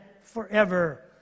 forever